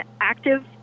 active